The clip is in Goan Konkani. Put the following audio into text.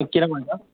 कितें म्हणटा